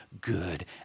good